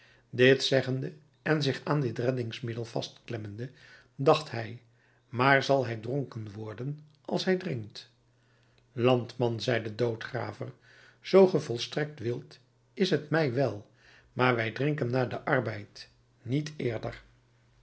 dit zeggende en zich aan dit reddingsmiddel vastklemmende dacht hij maar zal hij dronken worden als hij drinkt landman zei de doodgraver zoo ge volstrekt wilt t is mij wèl maar wij drinken na den arbeid niet eerder